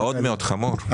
מאוד חמור.